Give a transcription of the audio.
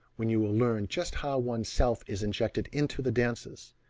when you will learn just how one's self is injected into the dances,